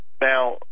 Now